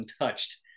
untouched